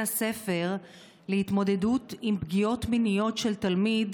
הספר להתמודד עם פגיעות מיניות של תלמיד,